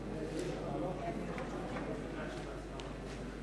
21 בעד, אין מתנגדים ואין נמנעים.